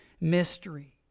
mystery